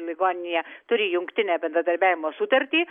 ligoninėje turi jungtinę bendradarbiavimo sutartį